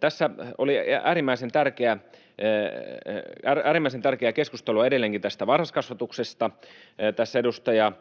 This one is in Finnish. Tässä oli äärimmäisen tärkeää keskustelua edelleenkin tästä varhaiskasvatuksesta. Tässä edustaja